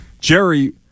Jerry